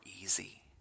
easy